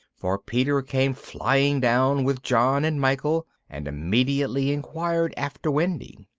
for peter came flying down with john and michael, and immediately inquired after wendy.